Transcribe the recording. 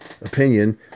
opinion